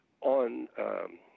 on